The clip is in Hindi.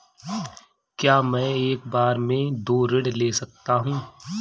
क्या मैं एक बार में दो ऋण ले सकता हूँ?